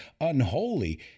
unholy